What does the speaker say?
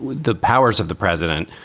the powers of the president.